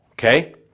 Okay